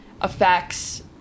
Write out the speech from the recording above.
affects